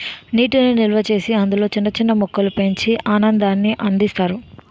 నీటి నిల్వచేసి అందులో చిన్న చిన్న మొక్కలు పెంచి ఆనందాన్ని అందిస్తారు